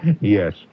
Yes